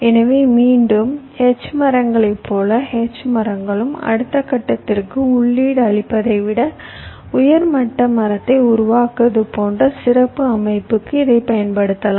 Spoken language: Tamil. எனவே மீண்டும் H மரங்களைப் போலவே H மரங்களும் அடுத்த கட்டத்திற்கு உள்ளீடு அளிப்பதை விட உயர்மட்ட மரத்தை உருவாக்குவது போன்ற சிறப்பு அமைப்புக்கு இதைப் பயன்படுத்தலாம்